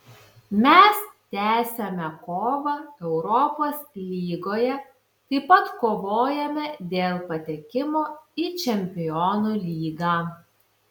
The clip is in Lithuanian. mes tęsiame kovą europos lygoje taip pat kovojame dėl patekimo į čempionų lygą